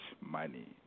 money